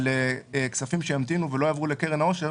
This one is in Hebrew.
על כספים שימתינו ולא יעברו לקרן האושר,